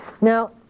Now